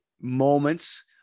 moments